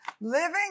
Living